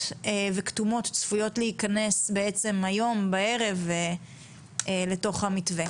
וכתומות צפויות להיכנס בעצם היום בערב לתוך המתווה.